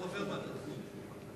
הוא חבר ועדת החינוך.